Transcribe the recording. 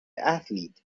athlete